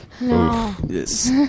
Yes